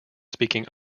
speaking